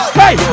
hey